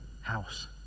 house